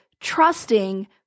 trusting